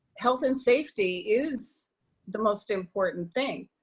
health and safety is the most important thing.